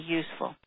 useful